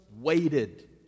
waited